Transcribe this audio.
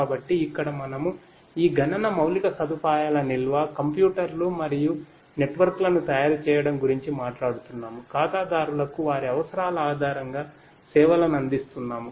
కాబట్టి ఇక్కడ మనము ఈ గణన మౌలిక సదుపాయాల నిల్వ కంప్యూటర్లు మరియు నెట్వర్క్లను తయారు చేయడం గురించి మాట్లాడుతున్నాము ఖాతాదారులకు వారి అవసరాల ఆధారంగా సేవలను అందిస్తున్నాము